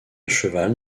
cheval